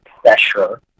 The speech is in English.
pressure